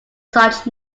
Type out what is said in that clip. such